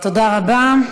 תודה רבה.